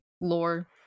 lore